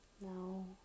No